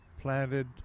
planted